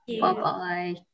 Bye-bye